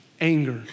Anger